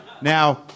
Now